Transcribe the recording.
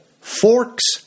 forks